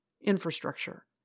infrastructure